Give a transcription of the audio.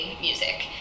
music